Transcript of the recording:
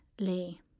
Lee